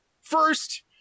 First